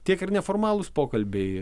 tiek ir neformalūs pokalbiai